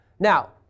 Now